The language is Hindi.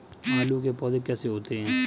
आलू के पौधे कैसे होते हैं?